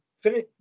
finish